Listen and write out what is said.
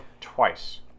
twice